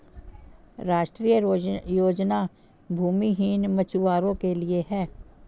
राष्ट्रीय योजना भूमिहीन मछुवारो के लिए है